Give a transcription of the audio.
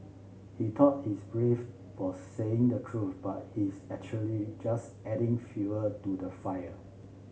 he thought he's brave for saying the truth but he's actually just adding fuel to the fire